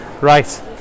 right